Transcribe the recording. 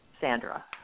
Sandra